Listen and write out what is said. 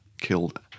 killed